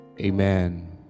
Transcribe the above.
Amen